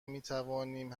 میتوانیم